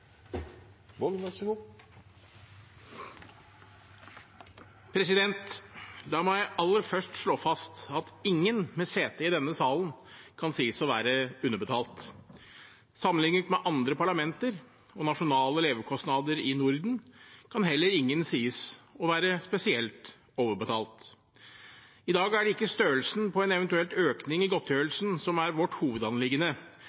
aller først slå fast at ingen med sete i denne salen kan sies å være underbetalt. Sammenliknet med andre parlamenter og nasjonale levekostnader i Norden kan heller ingen sies å være spesielt overbetalt. I dag er det ikke størrelsen på en eventuell økning i